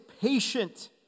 patient